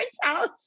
house